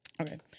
okay